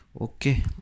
Okay